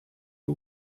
you